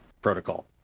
protocol